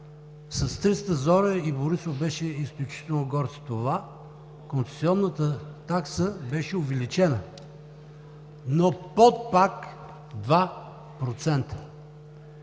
С триста зора – и Борисов беше изключително горд с това, концесионната такса беше увеличена, но пак под 2%.